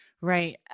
Right